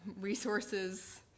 resources